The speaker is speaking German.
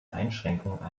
einschränkungen